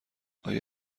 آیا